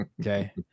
Okay